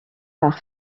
par